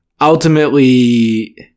ultimately